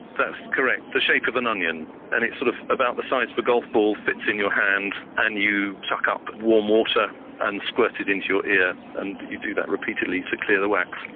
that's correct, the shape of an onion and it's sort of about the size of a golf ball, fits in your hand and you suck up warm water and squirt it into your ear and you do that repeatedly to clear the wax.